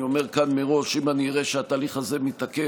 אני אומר כאן מראש שאם אני אראה שהתהליך הזה מתעכב,